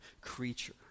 creature